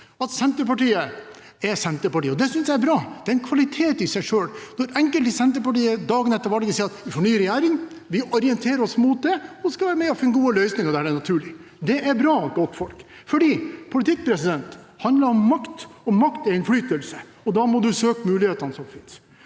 Senterpartiet er Senterpartiet, og det synes jeg er bra. Det er en kvalitet i seg selv når enkelte i Senterpartiet dagen etter valget sier at vi får ny regjering, vi orienterer oss mot det, og så skal vi være med og finne gode løsninger der det er naturlig. Det er bra, for politikk handler om makt, og makt er innflytelse, og da må du søke de mulighetene som finnes.